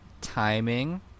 timing